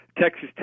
Texas